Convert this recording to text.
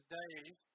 days